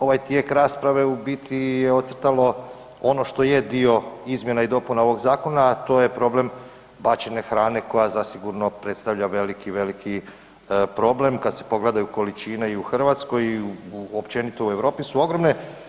Ovaj tijek rasprave u biti je ocrtalo ono što je dio izmjene i dopuna ovog zakona, a to je problem bačene hrane koja zasigurno predstavlja veliki, veliki problem kada se pogledaju količine u Hrvatskoj i općenito u Europi su ogromne.